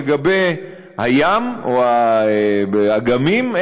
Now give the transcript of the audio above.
לגבי הים או האגמים,